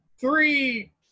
three